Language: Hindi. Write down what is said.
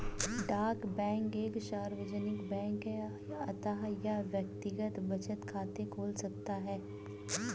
डाक बैंक एक सार्वजनिक बैंक है अतः यह व्यक्तिगत बचत खाते खोल सकता है